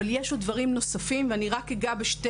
אבל יש דברים נוספים ואני אגע רק בשתי